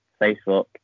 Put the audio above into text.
Facebook